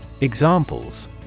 Examples